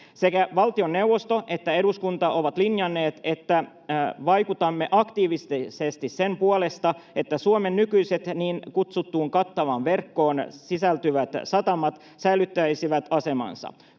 Sekä valtioneuvosto että eduskunta ovat linjanneet, että vaikutamme aktiivisesti sen puolesta, että Suomen nykyiset niin kutsuttuun kattavaan verkkoon sisältyvät satamat säilyttäisivät asemansa.